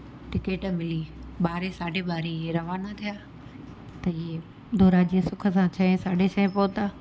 ticket मिली ॿारहं साढे ॿारहं इहे रवाना थिया त इहे धोराजीअ सुख सां छह साढे छह पहुता